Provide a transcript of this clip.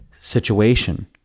situation